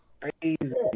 crazy